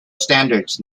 standards